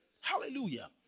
Hallelujah